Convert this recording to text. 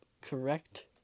correct